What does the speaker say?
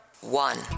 One